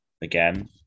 again